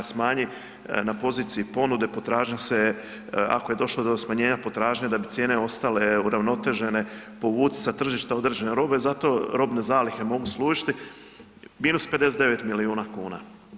Smanji na poziciji ponude, potražnja se, ako je došlo do smanjenja, potražnja da bi cijene ostale uravnotežene, povuci sa tržišta određene robe, zato robne zalihe mogu služiti, -59 milijuna kuna.